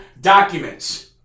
documents